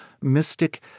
mystic